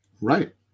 Right